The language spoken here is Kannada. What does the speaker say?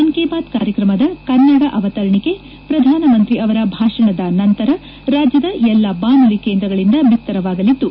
ಮನ್ ಕಿ ಬಾತ್ ಕಾರ್ಯಕ್ರಮದ ಕನ್ನಡ ಅವತರಣಿಕೆ ಪ್ರಧಾನಮಂತ್ರಿ ಅವರ ಭಾಷಣದ ನಂತರ ರಾಜ್ಯದ ಎಲ್ಲಾ ಬಾನುಲಿ ಕೇಂದ್ರಗಳಂದ ಬಿತ್ತರವಾಗಲಿದ್ದು